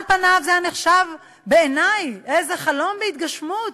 על פניו זה היה נחשב בעיני איזה חלום בהתגשמות,